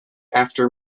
after